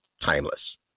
timeless